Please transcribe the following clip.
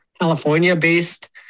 california-based